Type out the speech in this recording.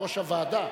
ראש הוועדה.